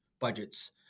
budgets